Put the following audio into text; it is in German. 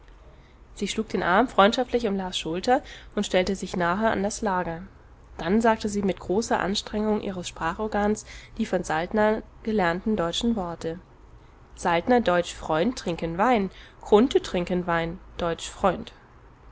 sie schlug den arm freundschaftlich um las schulter und stellte sich nahe an das lager dann sagte sie mit großer anstrengung ihres sprachorgans die von saltner gelernten deutschen worte saltner deutsch freund trinken wein grunthe trinken wein deutsch freund